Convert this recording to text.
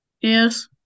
Yes